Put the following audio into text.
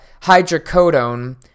Hydrocodone